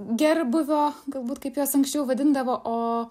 gerbūvio galbūt kaip juos anksčiau vadindavo o